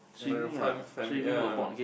no your front fam ya